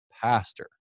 pastor